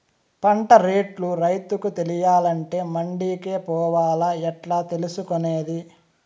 పంట రేట్లు రైతుకు తెలియాలంటే మండి కే పోవాలా? ఎట్లా తెలుసుకొనేది?